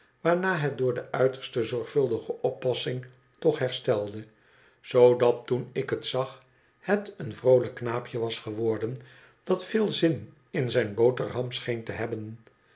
waarna het door de uiterst zorgvuldige oppassing toch herstelde zoodat toen ik het zag het een vr ooiijk knaapje was geworden dat veel zin in zijn boterham scheen te hebben